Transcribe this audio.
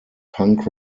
punk